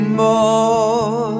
more